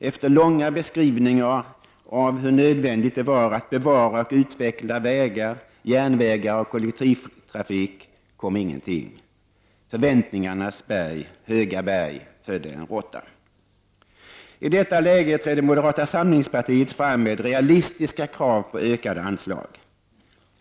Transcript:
Efter långa beskrivningar av hur nödvändigt det var att bevara och utveckla vägar, järnvägar och kollektivtrafik kom ingenting. Förväntningarnas höga berg födde en råtta. I detta läge trädde moderata samlingspartiet fram med realistiska krav på ökade anslag.